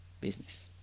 Business